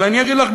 אבל אני אגיד לך,